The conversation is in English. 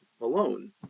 alone